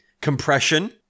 Compression